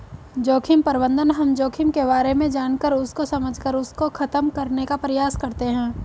जोखिम प्रबंधन हम जोखिम के बारे में जानकर उसको समझकर उसको खत्म करने का प्रयास करते हैं